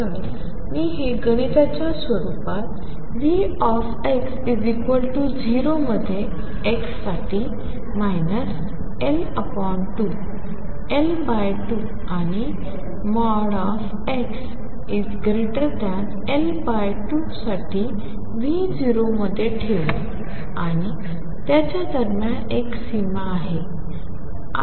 तर मी हे गणिताच्या स्वरूपात Vx0 मध्ये आणि x साठी L2 L2 आणि xL2साठी V0 मध्ये ठेवू आणि याच्या दरम्यान एक सीमा आहे